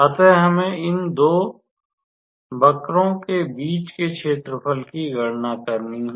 अतः हमें इन दो वक्रों के बीच के क्षेत्रफल की गणना करनी है